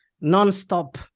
Non-stop